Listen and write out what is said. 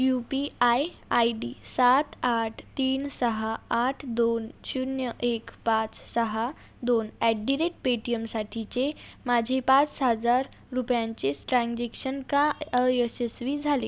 you P I I D सात आठ तीन सहा आठ दोन शून्य एक पाच सहा दोन ॲट दि रेट पेटीएमसाठीचे माझे पाच हजार रुपयांचे स्ट्रान्झेक्शन का अयशस्वी झाले